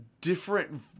different